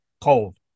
cold